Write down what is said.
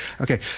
okay